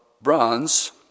bronze